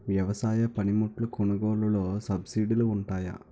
వ్యవసాయ పనిముట్లు కొనుగోలు లొ సబ్సిడీ లు వుంటాయా?